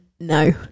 no